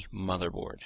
Motherboard